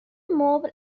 مبل